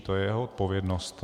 To je jeho odpovědnost.